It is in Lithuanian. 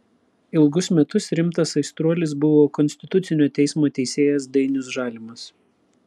ilgus metus rimtas aistruolis buvo konstitucinio teismo teisėjas dainius žalimas